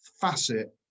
facet